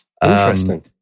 Interesting